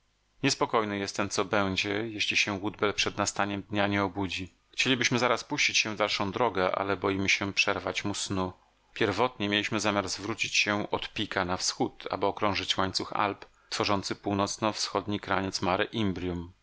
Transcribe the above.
niespokojny jestem co będzie jeśli się woodbell przed nastaniem dnia nie obudzi chcielibyśmy zaraz puścić się w dalszą drogę a boimy się przerwać mu snu pierwotnie mieliśmy zamiar zwrócić się od pica na wschód aby okrążyć łańcuch alp tworzący północno wschodni kraniec mare